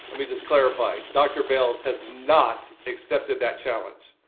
me just clarify. dr. bales has not accepted that challenge.